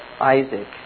Isaac